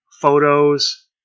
photos